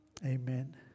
amen